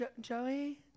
Joey